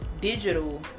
digital